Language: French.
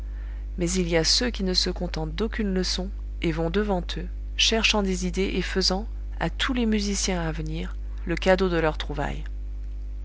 mais il y a ceux qui ne se contentent d'aucune leçon et vont devant eux cherchant des idées et faisant à tous les musiciens à venir le cadeau de leurs trouvailles